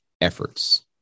efforts